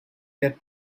that